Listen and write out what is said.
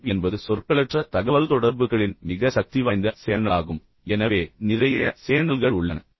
முகம் என்பது சொற்களற்ற தகவல்தொடர்புகளின் மிக சக்திவாய்ந்த சேனலாகும் எனவே நிறைய சேனல்கள் உள்ளன